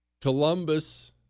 Columbus